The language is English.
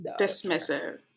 dismissive